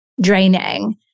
draining